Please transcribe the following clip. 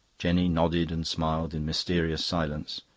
jenny nodded and smiled in mysterious silence,